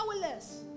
powerless